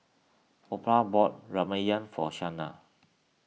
Opha bought Ramyeon for Shayna